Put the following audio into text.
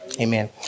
Amen